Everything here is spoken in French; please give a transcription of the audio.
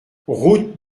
route